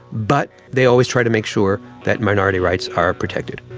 but they always try to make sure that minority rights are protected.